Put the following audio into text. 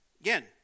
Again